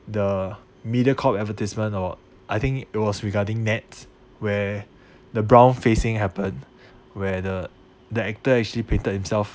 the mediacorp advertisement or I think it was regarding NETS where the brown facing happened where the the actor actually painted himself